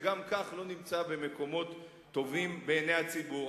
שגם כך לא נמצאים במקומות טובים בעיני הציבור.